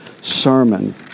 sermon